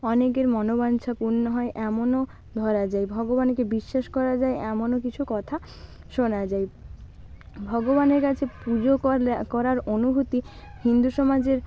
অনেকের মনোবাঞ্ছা পূর্ণ হয় এমনও ধরা যায় ভগবানকে বিশ্বাস করা যায় এমনও কিছু কথা শোনা যায় ভগবানের কাছে পুজো করলে করার অনুভূতি হিন্দু সমাজের